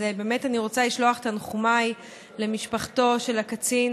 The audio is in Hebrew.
אז אני באמת רוצה לשלוח את תנחומיי למשפחתו של הקצין,